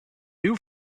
new